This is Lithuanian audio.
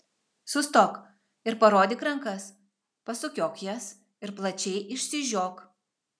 sustok ir parodyk rankas pasukiok jas ir plačiai išsižiok